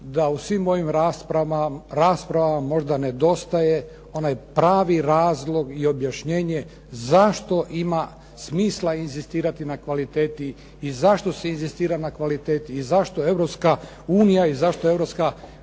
da u svim ovim raspravama možda nedostaje onaj pravi razlog i objašnjenje zašto ima smisla inzistirati na kvaliteti i zašto se inzistira na kvaliteti i zašto Europska unija i zašto Europska